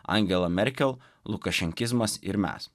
angela merkel lukašenkizmas ir mes